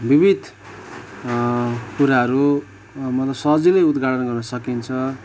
विविध कुराहरू मत सजिलै उद्घाटन गर्न सकिन्छ